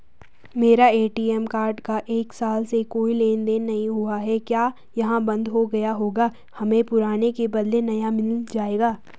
मेरा ATM card का एक साल से कोई लेन देन नहीं हुआ है क्या यह बन्द हो गया होगा हमें पुराने के बदलें नया मिल जाएगा?